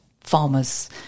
farmers